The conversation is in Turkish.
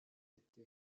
etti